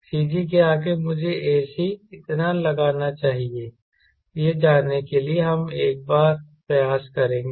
CG के आगे मुझे ac कितना लगाना चाहिए यह जानने के लिए हम एक बार प्रयास करेंगे